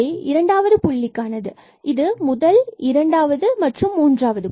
எனவே இரண்டாவது குறிப்பானது முதல் இரண்டாவது மற்றும் மூன்றாவது புள்ளி